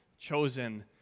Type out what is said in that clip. chosen